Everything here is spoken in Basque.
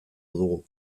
dugu